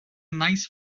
nice